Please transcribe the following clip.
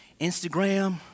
Instagram